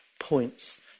points